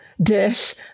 dish